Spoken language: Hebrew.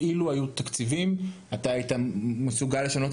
אילו היו תקציבים אתה היית מסוגל לשנות